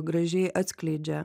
gražiai atskleidžia